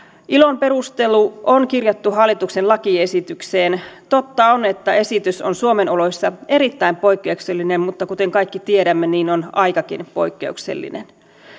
ilon perustelu on kirjattu hallituksen lakiesitykseen totta on että esitys on suomen oloissa erittäin poikkeuksellinen mutta kuten kaikki tiedämme niin on aikakin poikkeuksellinen